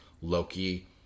Loki